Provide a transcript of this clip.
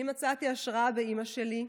אני מצאתי השראה באימא שלי.